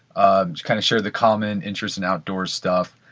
ah kind of share the common interest and outdoor stuff.